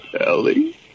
Ellie